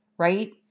Right